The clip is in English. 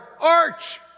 arch